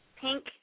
pink